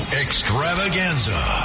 extravaganza